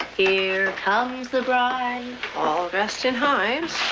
here comes the bride. all dressed in hives.